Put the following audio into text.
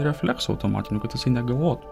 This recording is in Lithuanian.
refleksu automatiniu kad jisai negalvotų